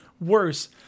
Worse